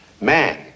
Man